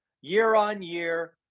year-on-year